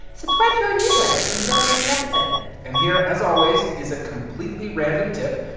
subscribe to our newsletter so you don't miss an episode and here, as always, is a completely random tip,